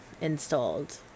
installed